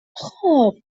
خوب